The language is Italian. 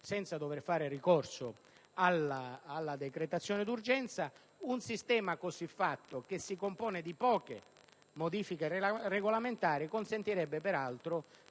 senza dover fare ricorso alla decretazione d'urgenza. Un sistema siffatto, che si compone di poche modifiche regolamentari, consentirebbe di